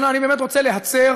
רוצה להצר